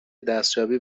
دستیابی